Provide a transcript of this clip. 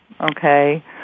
okay